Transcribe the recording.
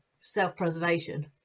self-preservation